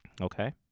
Okay